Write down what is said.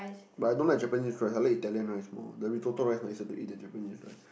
but I don't like Japanese rice I like Italian rice more the Risotto rice nicer to eat than Japanese rice